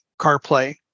CarPlay